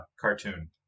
cartoon